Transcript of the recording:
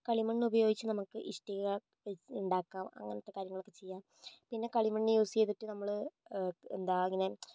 കളിമണ്ണുപയോഗിച്ച് നമുക്ക് ഇഷ്ട്ടിക ഉണ്ടാക്കാം അങ്ങനത്തെ കാര്യങ്ങളൊക്കെ ചെയ്യാം പിന്നെ കളിമണ്ണ് യൂസ് ചെയ്തിട്ട് നമ്മള് എന്താ ഇങ്ങനെ